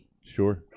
Sure